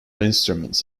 instruments